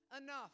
enough